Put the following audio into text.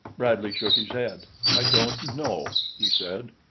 bradley shook his head. i don't know, he said.